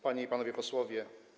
Panie i Panowie Posłowie!